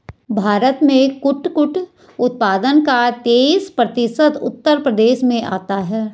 भारत में कुटकुट उत्पादन का तेईस प्रतिशत उत्तर प्रदेश से आता है